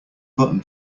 button